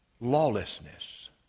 lawlessness